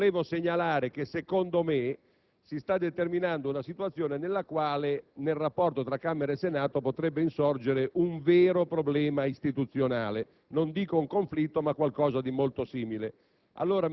e così via - come, secondo me, si sta determinando una situazione nella quale nel rapporto tra Camera e Senato potrebbe insorgere un vero problema istituzionale; non dico un conflitto ma qualcosa di molto simile.